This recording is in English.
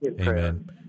Amen